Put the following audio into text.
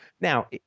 Now